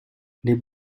les